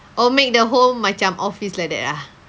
oh make the home macam office like that ah